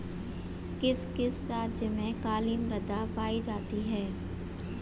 किस किस राज्य में काली मृदा पाई जाती है?